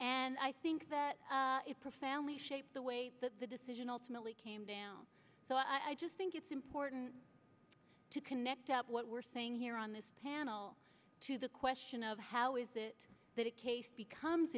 and i think that it profoundly shaped the way that the decision ultimately came down so i just think it's important to connect up what we're saying here on this panel to the question of how is it that a case becomes